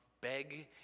beg